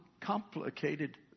complicated